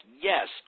yes